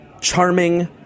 charming